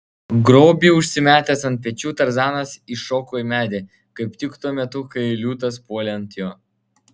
grobį užsimetęs ant pečių tarzanas įšoko į medį kaip tik tuo metu kai liūtas puolė ant jo